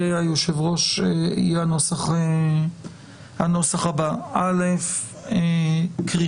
יושב הראש יהיה הנוסח הבא: כריכה